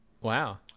Wow